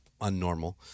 unnormal